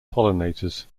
pollinators